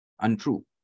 untrue